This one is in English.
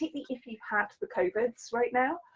like if you've had the covid right now,